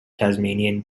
tasmanian